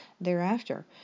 thereafter